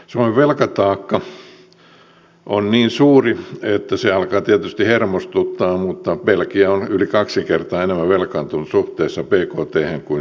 suomen velkataakka on niin suuri että se alkaa tietysti hermostuttaa mutta belgia on yli kaksi kertaa enemmän velkaantunut suhteessa bkthen kuin suomi